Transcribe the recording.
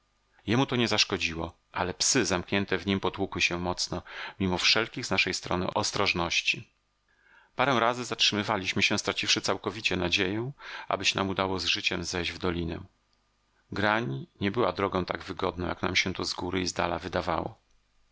jemu to nie zaszkodziło ale psy zamknięte w nim potłukły się mocno mimo wszelkich z naszej strony ostrożności parę razy zatrzymywaliśmy się straciwszy całkowicie nadzieję aby się nam udało z życiem zejść w dolinę grań nie była drogą tak wygodną jak nam się to z góry i z dala wydawało